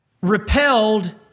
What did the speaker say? repelled